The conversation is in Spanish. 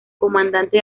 comandante